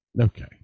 okay